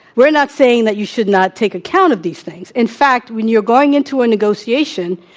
we're not saying that you should not take account of these things. in fact, when you're going into a negotiation,